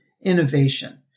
innovation